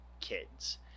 kids